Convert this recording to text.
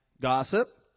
gossip